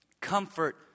comfort